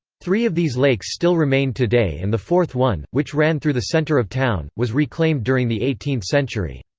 three of these lakes still remain today and the fourth one, which ran through the centre of town, was reclaimed during the eighteenth century.